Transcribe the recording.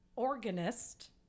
organist